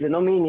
זה לא מענייננו.